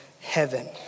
heaven